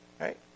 right